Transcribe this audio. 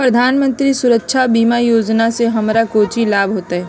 प्रधानमंत्री सुरक्षा बीमा योजना से हमरा कौचि लाभ होतय?